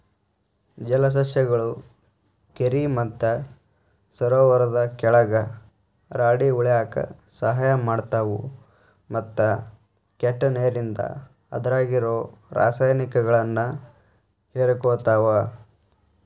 ಜಲಸಸ್ಯಗಳು ಕೆರಿ ಮತ್ತ ಸರೋವರದ ಕೆಳಗ ರಾಡಿ ಉಳ್ಯಾಕ ಸಹಾಯ ಮಾಡ್ತಾವು, ಮತ್ತ ಕೆಟ್ಟ ನೇರಿಂದ ಅದ್ರಾಗಿರೋ ರಾಸಾಯನಿಕಗಳನ್ನ ಹೇರಕೋತಾವ